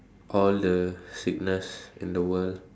all the sickness in the world